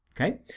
Okay